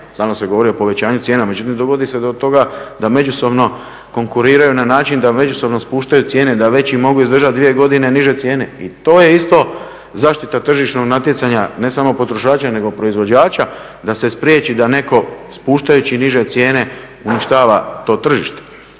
Stalno se govori o povećanju cijena, međutim dovodi se do toga da međusobno konkuriraju na način da međusobno spuštaju cijene, da veći mogu izdržati dvije godine niže cijene. I to je isto zaštita tržišnog natjecanja, ne samo potrošača, nego proizvođača da se spriječi da netko spuštajući niže cijene uništava to tržište.